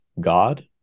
God